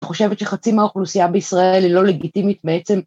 ‫אני חושבת שחצי מהאוכלוסייה בישראל ‫היא לא לגיטימית בעצם.